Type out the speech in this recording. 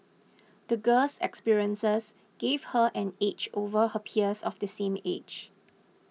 the girl's experiences gave her an edge over her peers of the same age